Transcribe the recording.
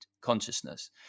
consciousness